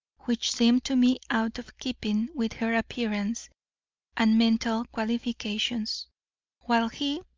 which seemed to me out of keeping with her appearance and mental qualifications while he,